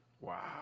Wow